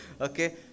Okay